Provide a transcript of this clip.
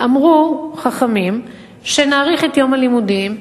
אמרו חכמים שנאריך את יום הלימודים,